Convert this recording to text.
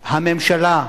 הממשלה,